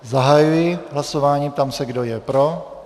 Zahajuji hlasování a ptám se, kdo je pro.